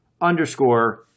underscore